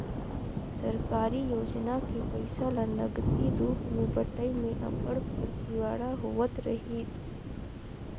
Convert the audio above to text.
सरकारी योजना के पइसा ल नगदी रूप में बंटई में अब्बड़ फरजीवाड़ा होवत रहिस